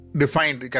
defined